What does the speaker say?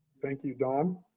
thank you, dawn.